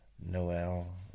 Noel